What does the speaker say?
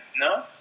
no